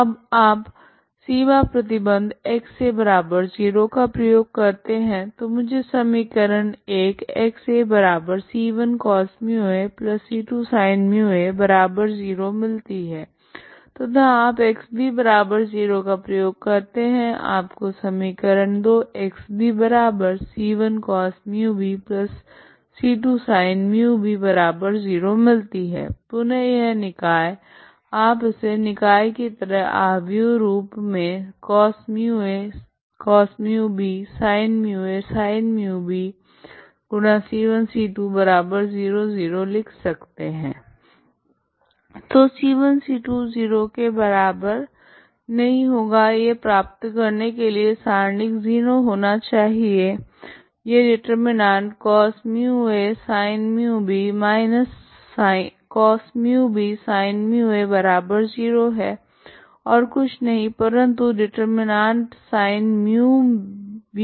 अब आप सीमा प्रतिबंध X0 का प्रयोग करते है जो मुझे समी X c1 cos μac2sin μa0 मिलती है तथा आप X0 का प्रयोग करते है आपको समी X c1 cos μbc2sin μb0 मिलती है पुनः यह निकाय आप इसे निकाय की तरह आव्यूह रूप मे लिख सकते है तो प्राप्त करने के लिए सारणिक 0 होना चाहिए यह det ¿ cos μasin μb−cos μbsin μa0 है ओर कुछ नहीं परंतु detsin μb−a0 है